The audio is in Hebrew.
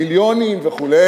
מיליונים וכו',